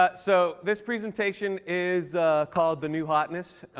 but so this presentation is called the new hotness,